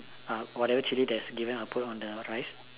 whatever chili that's given I'll put it on the rice